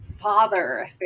Father